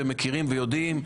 מכירים ויודעים,